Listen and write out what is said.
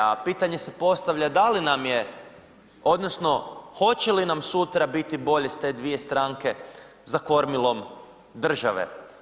A pitanje se postavlja da li nam je odnosno hoće li nam sutra biti bolje s te dvije stranke za kormilom države?